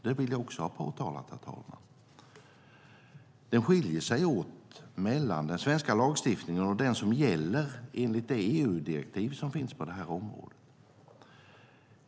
Det vill jag också ha påtalat, herr talman. Definitionen skiljer sig åt mellan den svenska lagstiftningen och den som gäller enligt det EU-direktiv som finns på området.